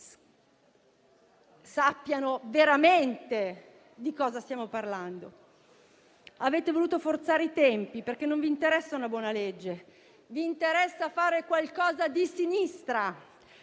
sappiano veramente di cosa stiamo parlando. Avete voluto forzare i tempi perché non vi interessa una buona legge, ma fare qualcosa di sinistra